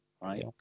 Right